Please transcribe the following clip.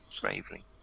bravely